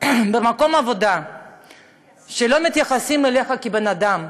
במקום עבודה שבו לא מתייחסים אליך כאל בן-אדם,